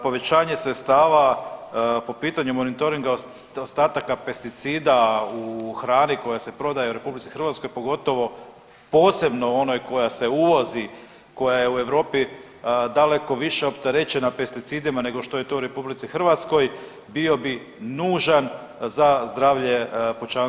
Povećanje sredstava po pitanju monitoringa ostataka pesticida u hrani koja se prodaje u RH, pogotovo posebno u onoj koja se uvozi, koja je u Europi daleko više opterećena pesticidima nego što je to u RH bio bi nužan za zdravlje pučanstva u RH.